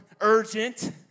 urgent